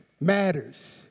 matters